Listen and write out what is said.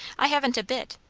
i haven't a bit.